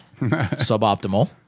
Suboptimal